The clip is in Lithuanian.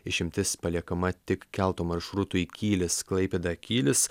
išimtis paliekama tik keltų maršrutui kylis klaipėda kylis